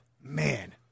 Man